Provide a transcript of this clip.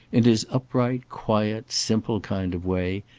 in his upright, quiet, simple kind of way,